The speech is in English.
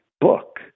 book